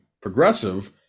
progressive